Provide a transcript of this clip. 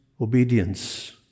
obedience